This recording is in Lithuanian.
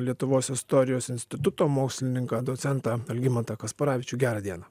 lietuvos istorijos instituto mokslininką docentą algimantą kasparavičių gerą dieną